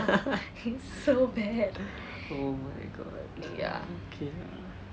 oh my god okay lah